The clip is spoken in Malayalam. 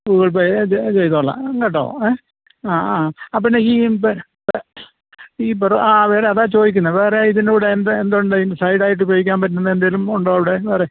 ഗൂഗിൾ പേ ച് ചെയ്തോളാം കേട്ടോ ആ ആ ആ പിന്നെ ഈ ഈ പൊറോ ആ അതാണ് ഈ ചോദിക്കുന്നത് വേറെ ഇതിൻ്റെ കൂടെ എന്തുണ്ട് വേറെ സൈഡ് ആയിട്ട് ഉപയോഗിക്കാൻ പറ്റുന്ന എന്തെങ്കിലും ഉണ്ടോ അവിടെ വേറെ